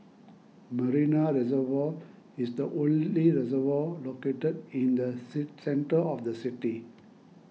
Marina Reservoir is the only reservoir located in the sit centre of the city